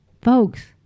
folks